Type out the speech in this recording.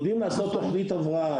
יודעים לעשות תוכנית הבראה,